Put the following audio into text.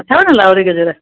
अथव न लाहौरी गजर